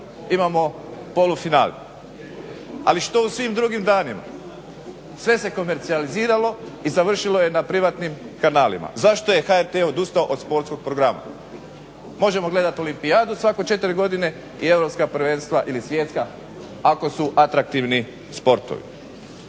imamo polufinale. Ali što u svim drugim danima? Sve se komercijaliziralo i završilo je na privatnim kanalima. Zašto je HRT odustao od sportskog programa? Možemo gledati olimpijadu svako 4 godine ili europska prvenstva ili svjetska ako su atraktivni sportovi.